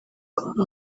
uko